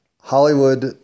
Hollywood